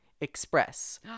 Express